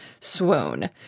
swoon